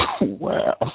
Wow